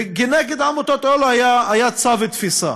ונגד העמותות האלה היה צו תפיסה.